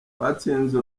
twatsinze